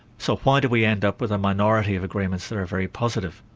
so why do we end up with a minority of agreements that are very positive?